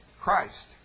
Christ